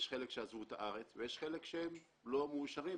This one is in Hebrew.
יש חלק שעזבו את הארץ ויש חלק שהם לא מאושרים,